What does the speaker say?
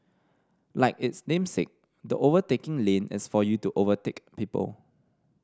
like its namesake the overtaking lane is for you to overtake people